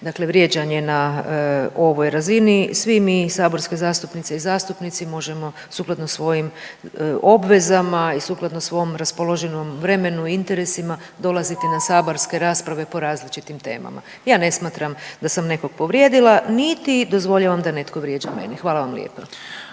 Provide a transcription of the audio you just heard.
dakle vrijeđanje na ovoj razini. Svi mi saborske zastupnice i zastupnici možemo sukladno svojim obvezama i sukladno svom raspoloživom vremenu i interesima dolaziti na saborske rasprave po različitim temama. Ja ne smatram da sam nekog povrijedila niti dozvoljavam da netko vrijeđa mene. Hvala vam lijepo.